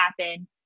happen